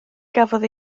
gafodd